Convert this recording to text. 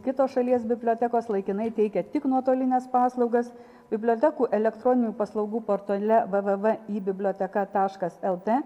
kitos šalies bibliotekos laikinai teikia tik nuotolines paslaugas bibliotekų elektroninių paslaugų portale v v v i biblioteka taškas lt